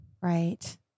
Right